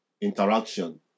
interaction